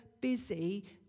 busy